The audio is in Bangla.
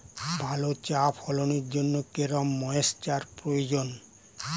ভালো চা ফলনের জন্য কেরম ময়স্চার প্রয়োজন?